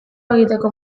egiteko